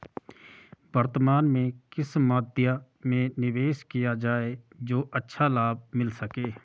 वर्तमान में किस मध्य में निवेश किया जाए जो अच्छा लाभ मिल सके?